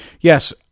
yes